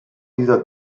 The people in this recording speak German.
dieser